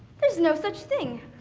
there's no such thing,